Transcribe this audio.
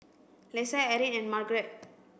Lesa Erin and Margaret